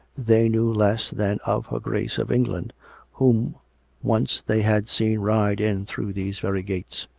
they knew less than of her grace of england whom once they had seen ride in through these very gates.